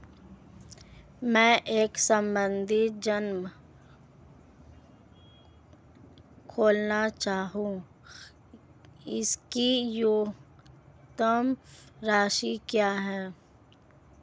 मैं एक सावधि जमा खोलना चाहता हूं इसकी न्यूनतम राशि क्या है?